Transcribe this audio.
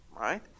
Right